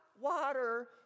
water